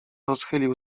rozchylił